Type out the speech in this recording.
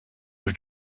have